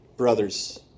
Brothers